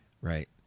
right